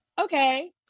okay